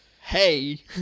hey